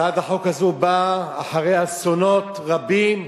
הצעת החוק הזאת באה אחרי אסונות רבים